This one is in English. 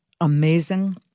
amazing